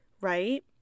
Right